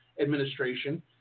administration